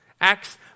Acts